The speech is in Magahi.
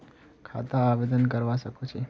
खाता आवेदन करवा संकोची?